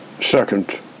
Second